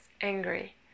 angry